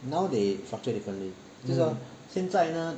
now they structure differently 就是说现在呢